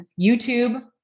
YouTube